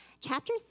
chapter